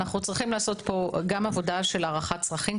אנחנו צריכים לעשות פה גם עבודה של הערכת צרכים,